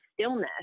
stillness